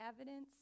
evidence